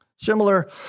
Similar